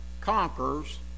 conquers